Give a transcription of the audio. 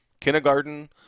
kindergarten